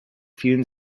fielen